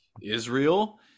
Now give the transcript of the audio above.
Israel